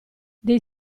dei